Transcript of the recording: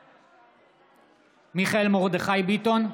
בעד מיכאל מרדכי ביטון,